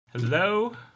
Hello